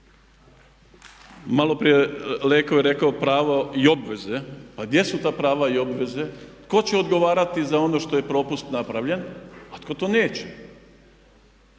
Maloprije netko je rekao pravo i obveze, pa gdje su ta prava i obveze? Tko će odgovarati za ono što je propust napravljen, a tko to neće?